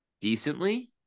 Decently